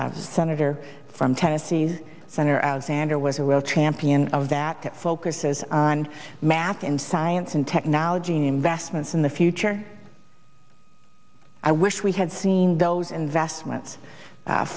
does senator from tennessee senator alexander was a real champion of that that focuses on math and science and technology investments in the future i wish we had seen those investments